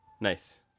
Nice